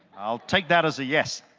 i'll take that as a yes.